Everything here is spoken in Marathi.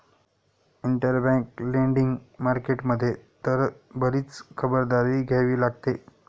इंटरबँक लेंडिंग मार्केट मध्ये तर बरीच खबरदारी घ्यावी लागते